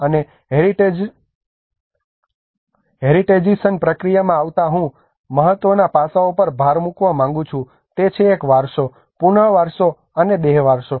અને હેરિટેજિશન પ્રક્રિયામાં આવતા હું I મહત્વના પાસાંઓ પર ભાર મૂકવા માંગું છું તે છે એક વારસો પુનવારસો અને દેહ વારસો